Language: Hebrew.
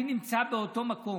אני נמצא באותו מקום,